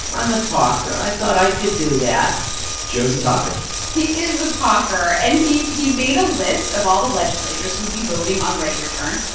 i'm a talker. i thought i could do that joe's a talker he is a talker. and he he made a list of all the legislators who would be voting on readyreturn.